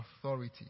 authority